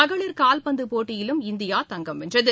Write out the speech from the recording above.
மகளிர் கால்பந்து போட்டியிலும் இந்தியா தங்கம் வென்றது